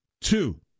Two